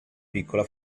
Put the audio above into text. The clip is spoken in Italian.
piccola